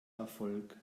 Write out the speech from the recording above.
erfolg